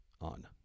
on